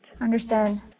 Understand